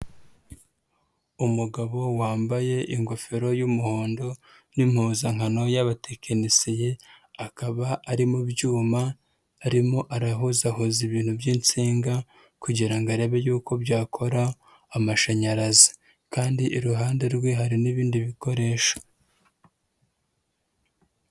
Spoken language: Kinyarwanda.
Umugabo wambaye ingofero y'umuhondo n'impuzankano y'abatekinisiye, akaba ari mu byuma, arimo arahuzahuza ibintu by'insinga kugira ngo arebe yuko byakora amashanyarazi kandi iruhande rwe hari n'ibindi bikoresho.